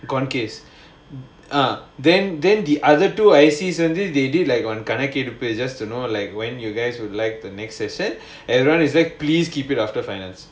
gone case ah then then the other two I_C suddenly they did like on just to know like when you guys would like the next session everyone is like please keep it after finals